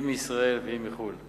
אם מישראל ואם מחו"ל.